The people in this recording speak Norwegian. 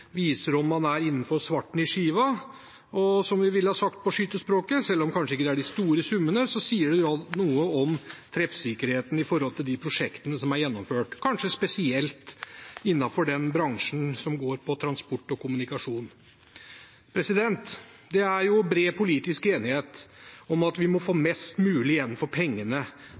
viser om man er innenfor «svarten i skiva», som vi ville sagt på skytterspråket. Selv om det kanskje ikke er de store summene, sier det noe om treffsikkerheten i prosjektene som er gjennomført – kanskje spesielt innenfor den bransjen som gjelder transport og kommunikasjon. Det er bred politisk enighet om at vi må få mest mulig igjen for pengene